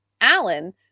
alan